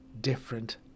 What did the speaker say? different